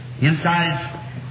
inside